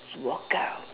walk out